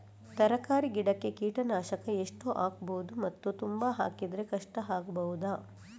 ತರಕಾರಿ ಗಿಡಕ್ಕೆ ಕೀಟನಾಶಕ ಎಷ್ಟು ಹಾಕ್ಬೋದು ಮತ್ತು ತುಂಬಾ ಹಾಕಿದ್ರೆ ಕಷ್ಟ ಆಗಬಹುದ?